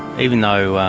even though